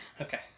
Okay